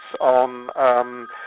on